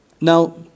Now